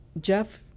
Jeff